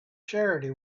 charity